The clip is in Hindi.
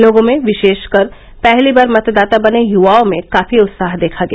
लोगों में विशेषकर पहली बार मतदाता बने युवाओं में काफी उत्साह देखा गया